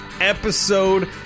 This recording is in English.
episode